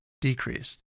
decreased